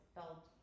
felt